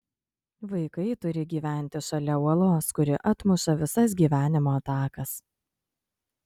vaikai turi gyventi šalia uolos kuri atmuša visas gyvenimo atakas